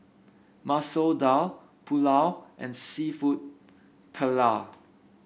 Masoor Dal Pulao and seafood Paella